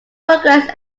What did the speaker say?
progressed